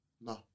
No